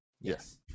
Yes